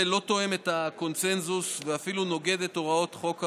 זה לא תואם את הקונסנזוס ואפילו נוגד את הוראות חוק העונשין,